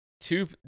two